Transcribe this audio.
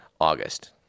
August